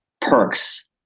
perks